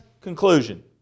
conclusion